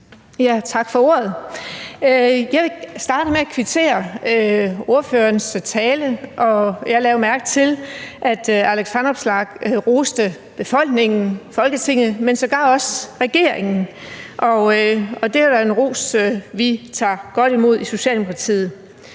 Tak for ordet. Jeg vil starte med at kvittere for ordførerens tale. Jeg lagde jo mærke til, at hr. Alex Vanopslagh roste befolkningen, Folketinget, men sågar også regeringen, og det er da en ros, vi tager godt imod i Socialdemokratiet.